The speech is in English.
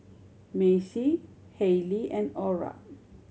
Maci Hailey and Orra